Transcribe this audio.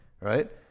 Right